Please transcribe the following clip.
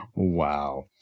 Wow